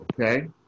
okay